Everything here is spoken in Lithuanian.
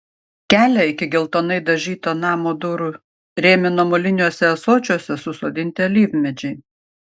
kelią iki geltonai dažyto namo durų rėmino moliniuose ąsočiuose susodinti alyvmedžiai